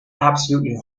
absolutely